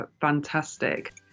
fantastic